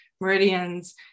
meridians